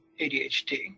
ADHD